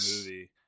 Movie